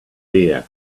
beer